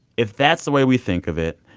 if that's the way we think of it,